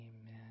amen